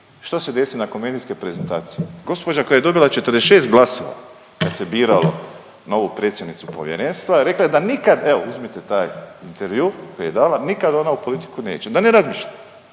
što se desi nakon medijske prezentacije? Gospođa koja je dobila 46 glasova kad se biralo novu predsjednicu Povjerenstva rekla je da nikad, evo uzmite taj intervju koji je dala, nikad ona u politiku neće, da ne razmišlja,